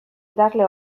idazle